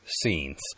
scenes